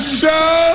show